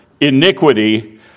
iniquity